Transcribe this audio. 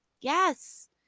yes